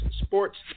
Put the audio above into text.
sports